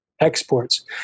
exports